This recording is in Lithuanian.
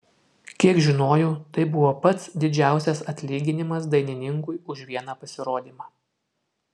kiek žinojau tai buvo pats didžiausias atlyginimas dainininkui už vieną pasirodymą